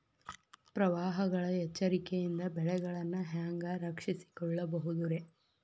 ಪ್ರವಾಹಗಳ ಎಚ್ಚರಿಕೆಯಿಂದ ಬೆಳೆಗಳನ್ನ ಹ್ಯಾಂಗ ರಕ್ಷಿಸಿಕೊಳ್ಳಬಹುದುರೇ?